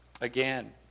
Again